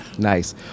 nice